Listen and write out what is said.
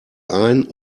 ein